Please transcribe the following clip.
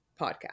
podcast